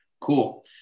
cool